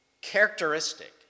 characteristic